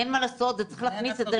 אין מה לעשות, צריך להכניס את זה